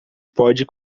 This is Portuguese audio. pode